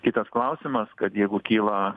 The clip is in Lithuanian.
kitas klausimas kad jeigu kyla